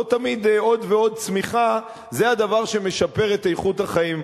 לא תמיד עוד ועוד צמיחה זה הדבר שמשפר את איכות החיים.